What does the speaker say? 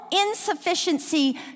insufficiency